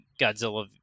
godzilla